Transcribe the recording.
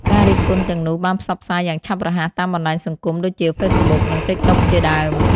ការរិះគន់ទាំងនោះបានផ្សព្វផ្សាយយ៉ាងឆាប់រហ័សតាមបណ្តាញសង្គមដូចជាហ្វេសប៊ុក និង TikTok ជាដើម។